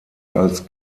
als